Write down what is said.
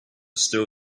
still